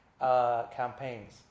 campaigns